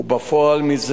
ובפועל,